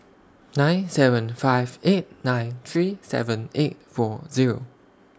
nine seven five eight nine three seven eight four Zero